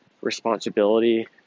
responsibility